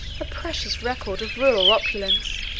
a precious record of rural opulence,